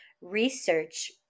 Research